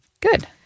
Good